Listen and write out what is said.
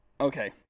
Okay